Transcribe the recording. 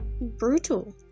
brutal